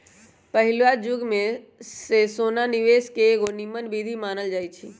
पहिलुआ जुगे से सोना निवेश के एगो निम्मन विधीं मानल जाइ छइ